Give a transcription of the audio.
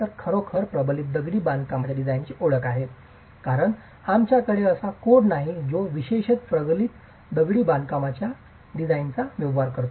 तर ही खरोखरच प्रबलित दगडी बांधकामाच्या डिझाइनची ओळख आहे कारण आमच्याकडे असा कोड नाही जो विशेषत प्रबलित दगडी बांधकामाच्या डिझाइनचा व्यवहार करतो